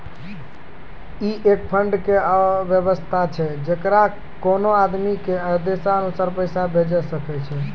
ई एक फंड के वयवस्था छै जैकरा कोनो आदमी के आदेशानुसार पैसा भेजै सकै छौ छै?